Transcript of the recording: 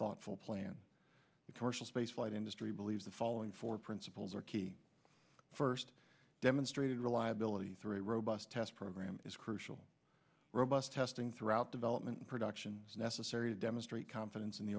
thoughtful plan torsion space flight industry believes the following four principles are key first demonstrated reliability through a robust test program is crucial robust testing throughout development and production is necessary to demonstrate confidence in the